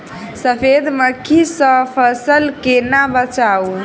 सफेद मक्खी सँ फसल केना बचाऊ?